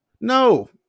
No